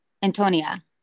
Antonia